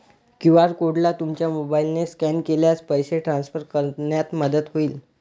QR कोडला तुमच्या मोबाईलने स्कॅन केल्यास पैसे ट्रान्सफर करण्यात मदत होईल